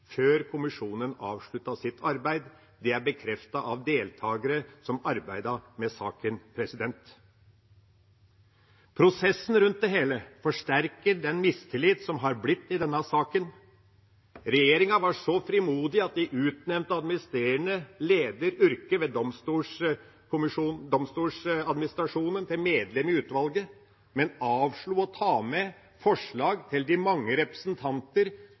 før kommisjonen avsluttet sitt arbeid. Det er bekreftet av deltakere som arbeidet med saken. Prosessen rundt det hele forsterker den mistillit som har blitt i denne saken. Regjeringa var så frimodig at den utnevnte administrerende leder Urke ved Domstoladministrasjonen til medlem i utvalget, men avslo å ta med forslag til mange representanter